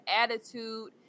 attitude